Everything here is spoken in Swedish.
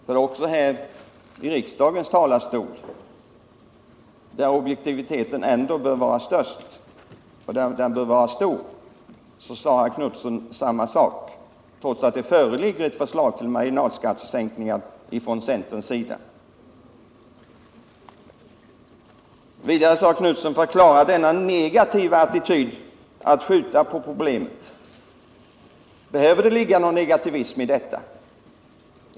För även här i riksdagens talarstol, där objektiviteten bör vara störst, sade herr Knutson samma sak, trots att det föreligger ett förslag till marginalskattesänkningar från centerns sida. Vidare sade herr Knutson: Förklara denna negativa attityd att skjuta på problemet! Men behöver det ligga någon negativism i detta?